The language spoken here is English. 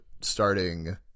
starting –